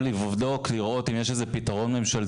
או לבדוק ולראות אם יש איזה שהוא פתרון לנושא.